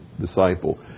disciple